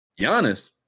Giannis